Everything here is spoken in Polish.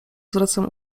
zwracam